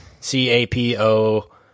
c-a-p-o